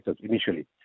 initially